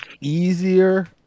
easier